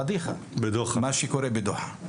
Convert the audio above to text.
על מה שקורה בדוחה.